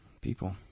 people